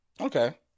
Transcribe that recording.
Okay